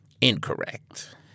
Incorrect